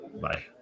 Bye